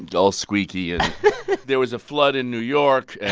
yeah all squeaky. and there was a flood in new york and